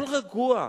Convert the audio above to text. הכול רגוע.